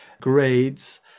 grades